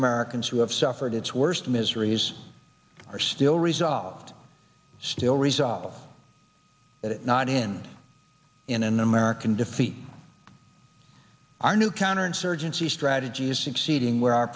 americans who have suffered its worst miseries are still resolved still resolved that not in in an american defeat our new counterinsurgency strategy is succeeding where our